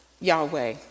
Yahweh